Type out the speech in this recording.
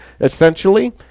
essentially